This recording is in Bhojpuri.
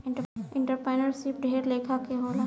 एंटरप्रेन्योरशिप ढेर लेखा के होला